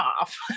off